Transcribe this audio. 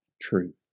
truth